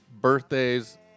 birthdays